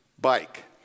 bike